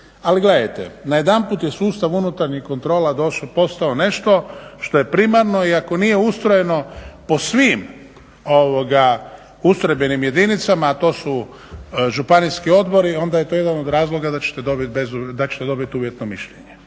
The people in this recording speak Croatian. Ali gledajte, najedanput je sustav unutarnjih kontrola postao nešto što je primarno i ako nije ustrojeno po svim ustrojbenim jedinicama, a to su županijski odbori onda je to jedan od razloga da ćete dobiti uvjetno mišljenje.